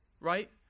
Right